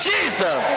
Jesus